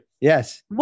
yes